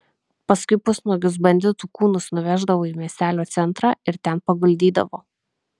paskui pusnuogius banditų kūnus nuveždavo į miestelio centrą ir ten paguldydavo